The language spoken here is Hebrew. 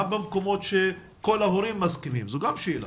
גם במקומות שכל ההורים מסכימים זו גם שאלה.